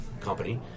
company